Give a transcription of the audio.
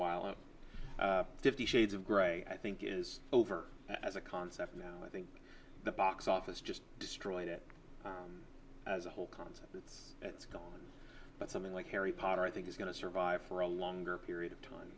while and fifty shades of grey i think is over as a concept now i think the box office just destroyed it as a whole concept that's gone but something like harry potter i think is going to survive for a longer period of time